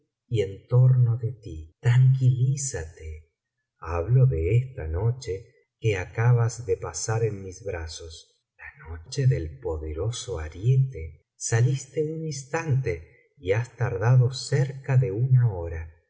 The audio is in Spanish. y en torno de ti tranquilízate hablo de esta noche que acabas de pasar en mis brazos la noche del poderoso ariete saliste un instante y has tardado cerca de una hora